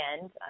end